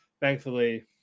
thankfully